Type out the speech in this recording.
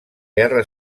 guerra